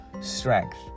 strength